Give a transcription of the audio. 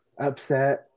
upset